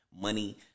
money